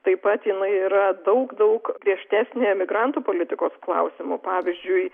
taip pat yra daug daug griežtesnė migrantų politikos klausimu pavyzdžiui